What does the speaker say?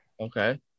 Okay